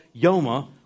Yoma